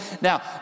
Now